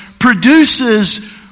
produces